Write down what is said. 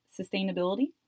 sustainability